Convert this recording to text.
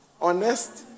honest